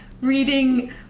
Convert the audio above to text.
reading